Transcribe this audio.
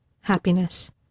happiness